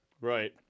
Right